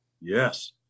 Yes